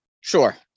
Sure